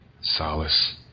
Solace